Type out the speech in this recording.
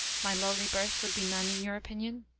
my lowly birth would be none in your opinion?